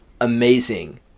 amazing